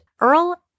Earl